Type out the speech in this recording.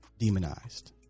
demonized